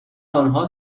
آنها